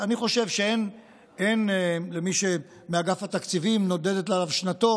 מי מאגף התקציבים שנודדת עליו שנתו